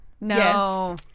no